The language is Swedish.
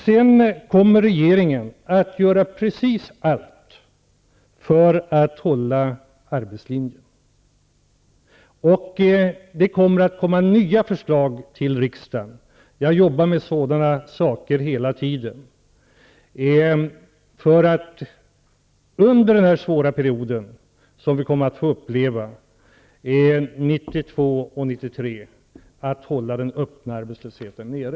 Regeringen kommer att göra precis allt för att hålla arbetslinjen. Nya förslag kommer att läggas fram för riksdagen. Jag jobbar med sådana här saker hela tiden för att det skall vara möjligt att under den svåra tid som vi kommer att få uppleva under perioden 1992--1993 hålla den öppna arbetslösheten nere.